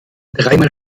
dreimal